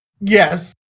Yes